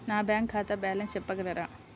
నా బ్యాంక్ ఖాతా బ్యాలెన్స్ చెప్పగలరా?